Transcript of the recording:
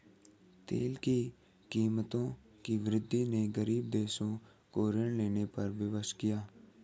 तेल की कीमतों की वृद्धि ने गरीब देशों को ऋण लेने पर विवश किया